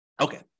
okay